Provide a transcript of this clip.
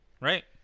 Right